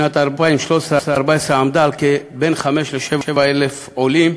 ב-2013 2014 הגיעו 5,000 7,000 עולים.